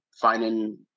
finding